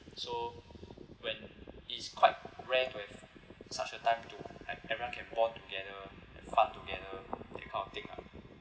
so when it's quite rare to have such a time to everyone can bond together have fun together that kind of thing lah